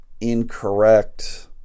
incorrect